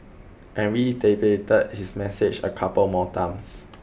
and reiterated his message a couple more times